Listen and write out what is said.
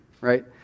right